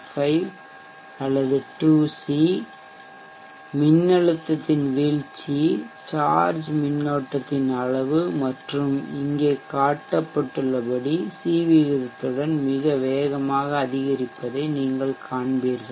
5 அல்லது 2 சி மின்னழுத்தத்தின் வீழ்ச்சி சார்ஜ் மின்னோட்டத்தின் அளவு மற்றும் இங்கே காட்டப்பட்டுள்ளபடி சி விகிதத்துடன் மிக வேகமாக அதிகரிப்பதை நீங்கள் காண்பீர்கள்